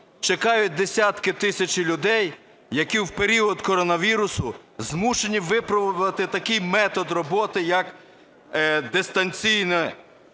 чекають десятки, тисячі людей, які в період коронавірусу змушені випробувати такий метод роботи, як дистанційний